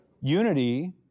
Unity